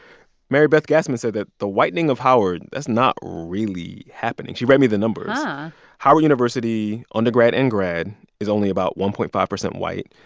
marybeth gasman said that the whitening of howard that's not really happening. she read me the numbers huh howard university undergrad and grad is only about one point five percent white.